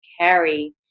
carry